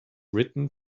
written